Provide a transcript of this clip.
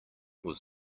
was